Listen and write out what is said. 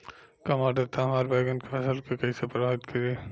कम आद्रता हमार बैगन के फसल के कइसे प्रभावित करी?